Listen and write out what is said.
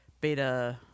beta